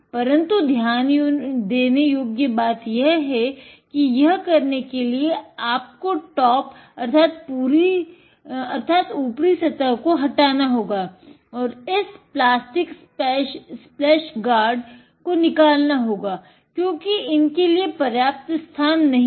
परन्तु ध्यान देने योग्य बात यह है कि यह करने के लिए आपको टॉप को निकलना होगा क्योंकि इनके लिए पर्याप्त स्थान नही है